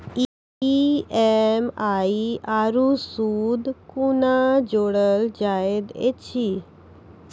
EMI आरू सूद कूना जोड़लऽ जायत ऐछि?